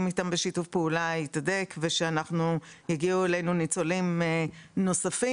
איתם יתהדק ושיגיעו אלינו ניצולים נוספים.